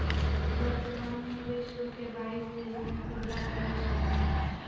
वर्तमान में विश्व के बाईस देश में खुदरा परिचालन हइ